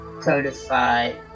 codified